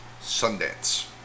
Sundance